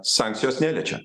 sankcijos neliečia